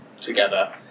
together